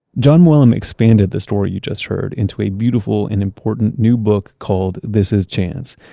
jon mooallem expanded the story you just heard into a beautiful and important new book called this is chance!